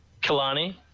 kalani